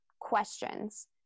questions